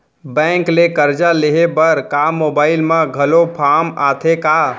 Bank ले करजा लेहे बर का मोबाइल म घलो फार्म आथे का?